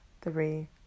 three